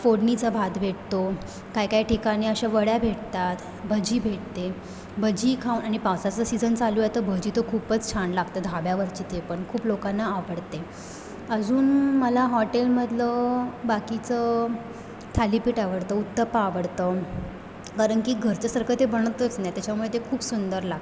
फोडणीचा भात भेटतो काय काय ठिकाणी अशा वड्या भेटतात भजी भेटते भजी खाऊन आणि पावसाचा सीजन चालू आहे तर भजी तर खूपच छान लागते धाब्यावरची ते पण खूप लोकांना आवडते अजून मला हॉटेलमधलं बाकीचं थालीपीठ आवडतं उत्तप्पा आवडतं कारण की घरच्यासारखं ते बनतच नाही त्याच्यामुळे ते खूप सुंदर लागतं